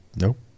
Nope